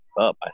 up